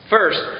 First